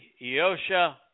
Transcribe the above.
Yosha